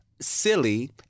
Silly